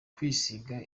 kwisiga